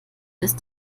ist